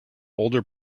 older